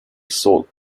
sold